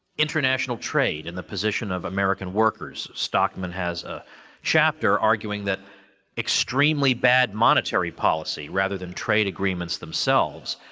international trade in the position of american workers. stockman has a chapter arguing that extremely bad monetary policy, rather than trade agreements themselves,